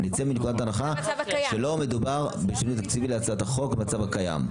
נצא מנקודת הנחה שלא מדובר בשינוי תקציבי במצב הקיים.